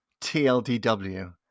TLDW